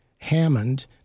Hammond